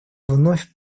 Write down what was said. вновь